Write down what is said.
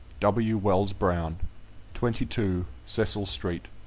w. wells brown twenty two, cecil street,